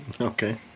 Okay